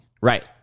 Right